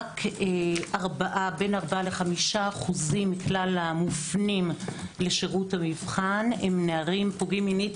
רק בין 4% ל-5% מכלל המופנים לשירות המבחן הם נערים פוגעים מינית,